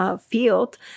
field